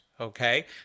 okay